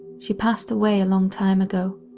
she passed away a long time ago.